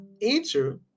enter